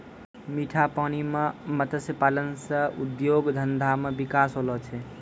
मीठा पानी मे मत्स्य पालन से उद्योग धंधा मे बिकास होलो छै